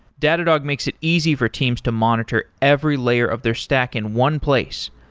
datadog makes it easy for teams to monitor every layer of their stack in one place,